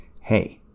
Hey